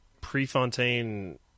Prefontaine